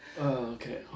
Okay